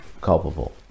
culpable